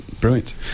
brilliant